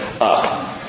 up